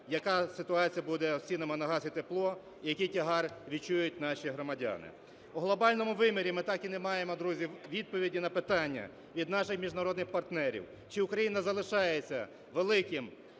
яка ситуація буде з цінами на газ і тепло, і який тягар відчують наші громадяни? У глобальному вимірі ми так і не маємо, друзі, відповіді на питання від наших міжнародних партнерів: чи Україна залишається великим